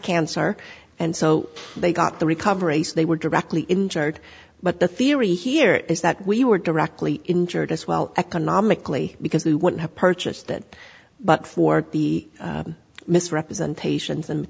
cancer and so they got the recover ace they were directly injured but the theory here is that we were directly injured as well economic because they would have purchased it but for the misrepresentations and